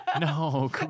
No